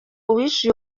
uwishe